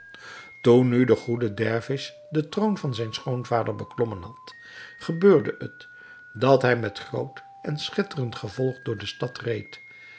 toen nu de goede dervis den troon van zijn schoonvader beklommen had gebeurde het dat hij met groot en schitterend gevolg door de stad reed